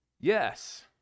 yes